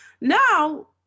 Now